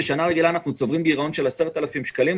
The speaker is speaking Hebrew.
בשנה רגילה אנחנו צוברים גירעון של 10,000 שקלים,